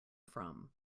from